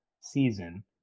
season